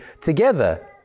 together